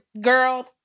girl